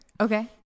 Okay